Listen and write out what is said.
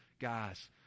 Guys